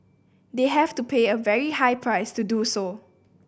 they have to pay a very high price to do so